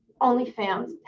OnlyFans